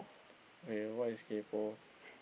okay what is kaypoh